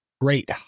great